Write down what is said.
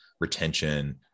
retention